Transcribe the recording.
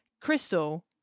Crystal